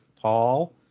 Paul